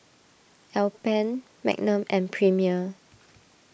Alpen Magnum and Premier